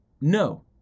No